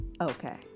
okay